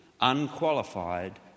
unqualified